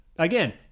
Again